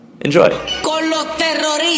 Enjoy